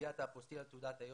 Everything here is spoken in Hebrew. בסוגיית האפוסטיל על תעודת היושר,